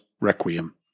Requiem